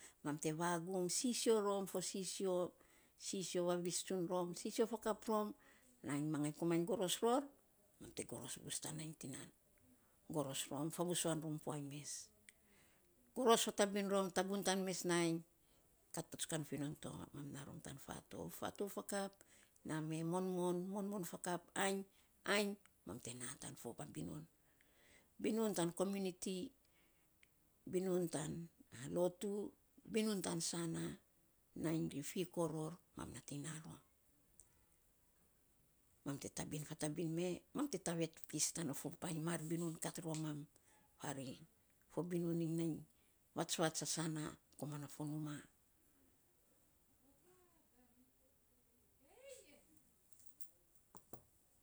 Mam te vagum, sisio rom fo sisio, sisio vavis tsun rom, sisio fakap rom, nainy mangai komainy goros, mam te goros bus tan nainy tinan goros rom favusuany rom puainy mes goros fatabiny rom, tagun tan mes nainy, kat patsukan fi non to, mam na rom tan faatouf. fatouf fakap, na me monmon, monmon fakap, ainy ainy mam te naa tan fo binun, binun tan comuniti, binun tan lotu binun tan saana nainy te fiko ror man nating na rom. mam te tabin fatabin me mam te tavek pis tana fo mar binun kat romam, faarei fo binun iny nai vatsvats a sana kmana for numa.